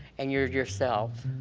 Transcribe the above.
and you're yourself.